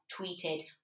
tweeted